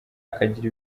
akagira